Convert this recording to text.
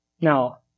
Now